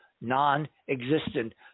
non-existent